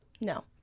No